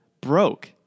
broke